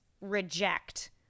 reject